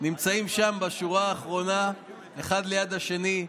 נמצאים שם בשורה האחרונה אחד ליד השני.